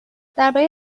درباره